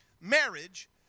Marriage